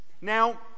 Now